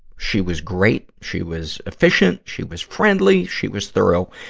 she was great. she was efficient. she was friendly. she was thorough.